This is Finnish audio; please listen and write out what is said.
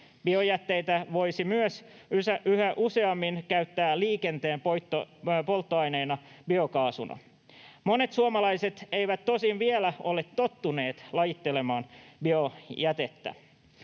Biojätteitä voisi myös yhä useammin käyttää liikenteen polttoaineena, biokaasuna. Monet suomalaiset eivät tosin vielä ole tottuneet lajittelemaan biojätettä.